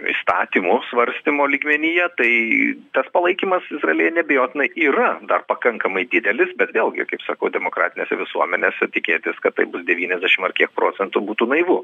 įstatymų svarstymo lygmenyje tai tas palaikymas izraelyje neabejotinai yra dar pakankamai didelis bet vėlgi kaip sakau demokratinėse visuomenėse tikėtis kad tai bus devyniasdešim ar kiek procentų būtų naivu